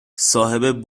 صاحب